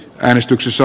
käynnistyksessä